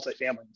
multifamily